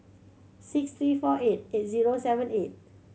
six three four eight eight zero seven eight